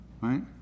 right